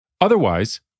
Otherwise